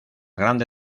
grande